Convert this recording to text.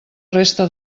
resta